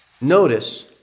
Notice